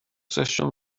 sesiwn